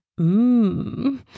Mmm